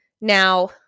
Now